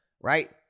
right